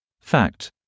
Fact